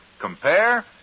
compare